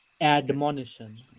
admonition